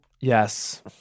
Yes